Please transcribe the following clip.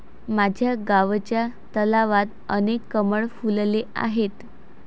माझ्या गावच्या तलावात अनेक कमळ फुलले आहेत